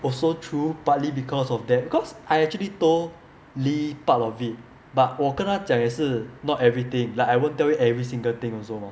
also true partly because that because I actually told lee part of it but 我跟他讲也是 not everything like I won't tell you every single thing also